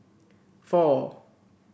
four